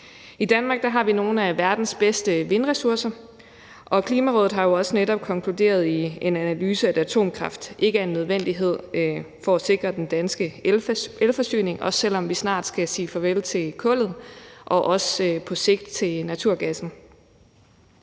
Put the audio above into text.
I Danmark har vi nogle af verdens bedste vindressourcer, og Klimarådet har jo også netop konkluderet i en analyse, at atomkraft ikke er en nødvendighed for at sikre den danske elforsyning, og det er også, selv om vi snart skal sige farvel til kullet og også på sigt til naturgassen.